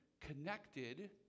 connected